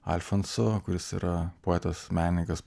alfonso kuris yra poetas menininkas